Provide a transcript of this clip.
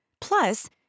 Plus